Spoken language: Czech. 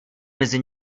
mezi